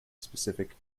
specific